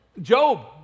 Job